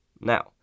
Now